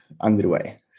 underway